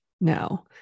no